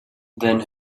then